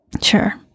Sure